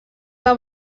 que